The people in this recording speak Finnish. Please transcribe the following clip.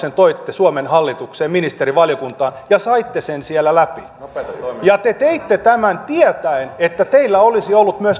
suomen hallitukseen ja ministerivaliokuntaan ja saitte sen siellä läpi ja te teitte tämän tietäen että teillä olisi ollut myös toinen vaihtoehto